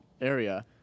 area